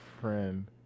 friend